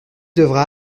devra